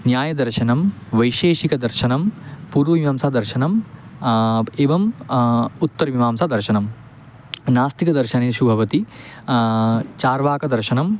न्यायदर्शनं वैशेषिकदर्शनं पूर्वमीमांसादर्शनं ब् एवं उत्तरमीमांसादर्शनं नास्तिकदर्शनेषु भवति चार्वाकदर्शनं